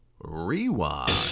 Rewind